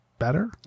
better